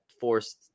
forced